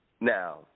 Now